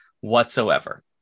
whatsoever